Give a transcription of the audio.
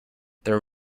there